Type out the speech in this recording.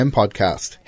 podcast